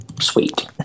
Sweet